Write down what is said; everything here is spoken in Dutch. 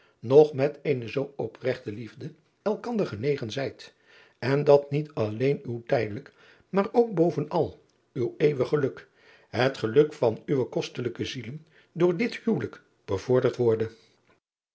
nog met eene zoo opregte liefde elkander genegen zijt en dat niet alleen uw tijdelijk maar ook bovenal uw eeuwig geluk het geluk van uwe kostelijke zielen door dit huwelijk bevorderd worde